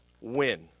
win